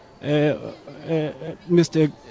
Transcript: Mr